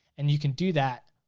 and you can do that.